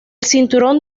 cinturón